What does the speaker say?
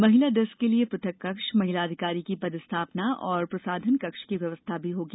महिला डेस्क के लिये पृथक कक्ष महिला अधिकारी की पद स्थापना एवं प्रसाधन कक्ष की व्यवस्था भी होगी